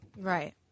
Right